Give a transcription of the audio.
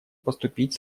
поступить